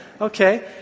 Okay